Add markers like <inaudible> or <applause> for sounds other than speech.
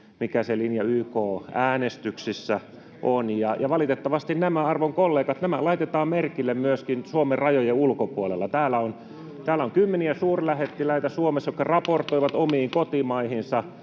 mikä se linja YK-äänestyksissä on. Valitettavasti, arvon kollegat, nämä laitetaan merkille myöskin Suomen rajojen ulkopuolella. Täällä on Suomessa kymmeniä suurlähettiläitä, <noise> jotka raportoivat omiin kotimaihinsa,